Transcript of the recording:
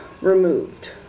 removed